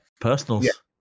personals